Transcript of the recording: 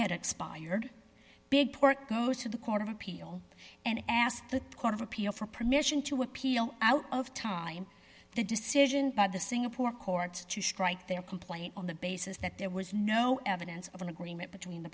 had expired big pork goes to the court of appeal and ask the court of appeal for permission to appeal out of time the decision by the singapore court to strike their complaint on the basis that there was no evidence of an agreement between the